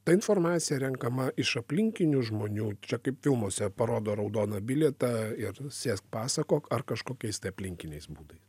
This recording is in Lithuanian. ta informacija renkama iš aplinkinių žmonių čia kaip filmuose parodo raudoną bilietą ir sėsk pasakok ar kažkokiais tai aplinkiniais būdais